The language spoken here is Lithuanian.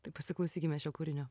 tai pasiklausykime šio kūrinio